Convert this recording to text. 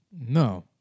No